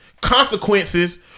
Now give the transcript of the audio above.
consequences